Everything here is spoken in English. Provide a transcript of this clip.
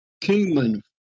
Kingman